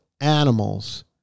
animals